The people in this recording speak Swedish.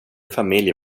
familj